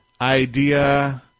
idea